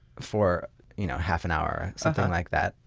for you know half an hour or something like that.